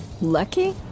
Lucky